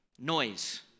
Noise